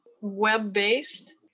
web-based